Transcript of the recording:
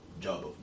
Job